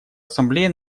ассамблея